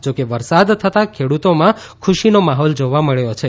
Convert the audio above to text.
જો કે વરસાદ થતા ખેડુતોમાં ખૂશીનો માહોલ જોવા મબ્યો છે